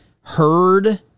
heard